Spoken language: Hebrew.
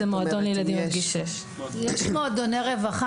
יש מועדוני רווחה.